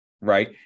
right